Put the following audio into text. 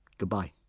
goodbye